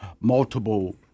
multiple